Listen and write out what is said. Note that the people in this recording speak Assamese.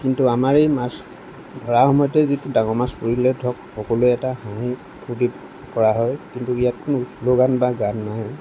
কিন্তু আমাৰেই মাছ ধৰা সময়েতেই যিটো ডাঙৰ মাছ পৰিলে ধৰক সকলোৱে এটা হাঁহি ফূৰ্তিত ধৰা হয় কিন্তু ইয়াত কোনো শ্লোগান বা গান নাই